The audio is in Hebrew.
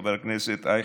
חבר הכנסת אייכלר,